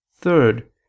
Third